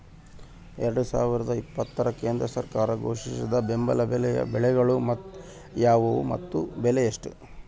ಎರಡು ಸಾವಿರದ ಇಪ್ಪತ್ತರ ಕೇಂದ್ರ ಸರ್ಕಾರ ಘೋಷಿಸಿದ ಬೆಂಬಲ ಬೆಲೆಯ ಬೆಳೆಗಳು ಯಾವುವು ಮತ್ತು ಬೆಲೆ ಎಷ್ಟು?